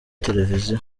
televiziyo